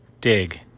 dig